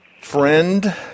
Friend